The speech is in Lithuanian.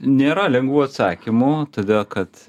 nėra lengvų atsakymų todėl kad